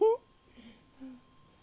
okay